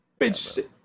Bitch